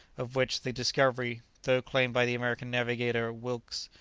of which the discovery, though claimed by the american navigator wilkes,